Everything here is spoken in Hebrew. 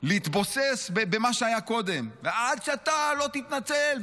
להתבוסס במה שהיה קודם: עד שאתה לא תתנצל,